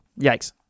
Yikes